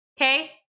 Okay